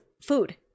food